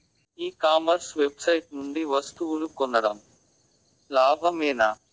ఈ commerce website నుండి వస్తువులు కొనడం లాభమేనా?